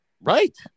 Right